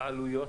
העלויות?